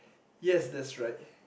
yes that's right